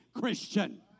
Christian